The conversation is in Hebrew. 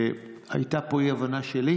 הייתה פה אי-הבנה שלי,